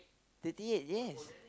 thirty eight years